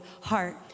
heart